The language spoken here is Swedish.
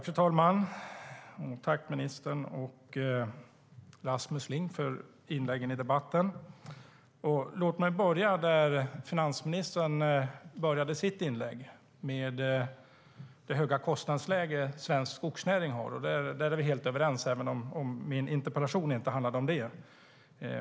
Fru talman! Jag tackar ministern och Rasmus Ling för inläggen i debatten. Låt mig börja där finansministern började sitt inlägg - med det höga kostnadsläge svensk skogsnäring har. Här är vi helt överens, även om min interpellation inte handlade om det.